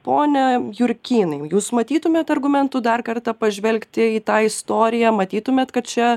pone jurkynai jūs matytumėt argumentų dar kartą pažvelgti į tą istoriją matytumėt kad čia